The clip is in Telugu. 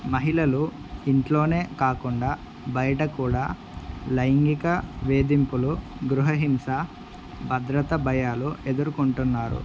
మహిళలు ఇంట్లోనే కాకుండా బయట కూడా లైంగిక వేధింపులు గృహహింస భద్రత భయాలు ఎదుర్కొంటున్నారు